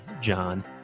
John